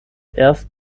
erst